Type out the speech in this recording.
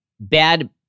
bad